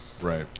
Right